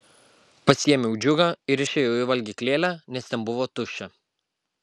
pasiėmiau džiugą ir išėjau į valgyklėlę nes ten buvo tuščia